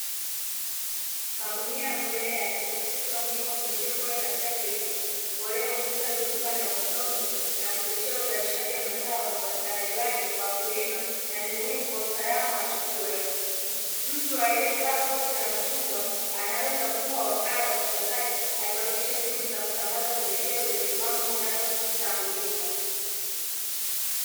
Magunia ya mbolea ya kisisitiza umuhimu wa pembejeo bora katika kilimo, mbolea huongeza rutuba na udongo na kuchochea uzalishaji wa mazao na upatikanaji wake kwa wakulima na ni muhimu kwa usalama wa chakula. Mtu aliyevaa koti la machungwa anaweza kuwa wakala wa usambazaji akiwakilisha juhudi za kusambaza pembejeo zenye viwango vinavyotambulika.